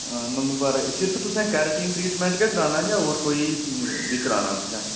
आं मंगलवारें आं सिर्फ तुसें केरटीन ट्रीटमेंट गै कराना जां होर कोई बी कराना तुसें